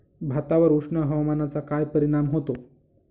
भातावर उष्ण हवामानाचा काय परिणाम होतो?